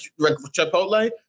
Chipotle